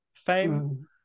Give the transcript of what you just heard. fame